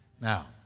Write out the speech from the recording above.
Now